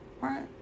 right